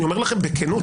אני אומר לכם בכנות.